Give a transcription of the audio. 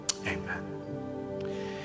Amen